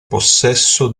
possesso